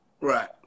Right